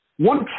One